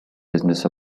business